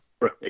right